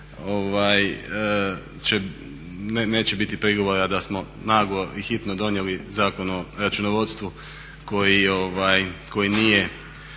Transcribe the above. neće biti prigovora da smo naglo i hitno donijeli Zakon o računovodstvu koji nije